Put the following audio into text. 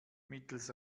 mittels